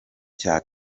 cya